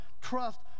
Trust